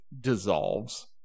dissolves